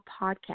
podcast